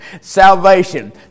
salvation